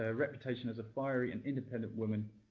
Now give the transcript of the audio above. ah reputation as a fiery and independent woman,